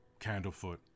Candlefoot